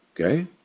Okay